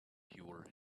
pure